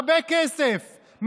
הרבה כסף,